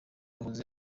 wahoze